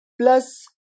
plus